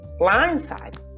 blindsided